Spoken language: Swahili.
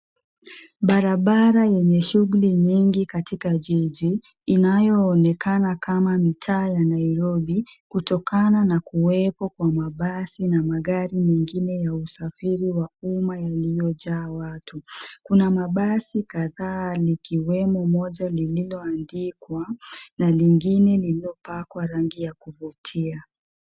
Barabara yenye shughuli nyingi katika jiji inayoonekana kama mtaa ya Nairobi kutokana na kuwepo kwa mabasi na magari mengine ya usafiri wa umma yaliyojaa watu. Kuna mabasi kadhaa likiwemo moja lililoandikwa na lingine lililopakwa rangi ya kuvutia.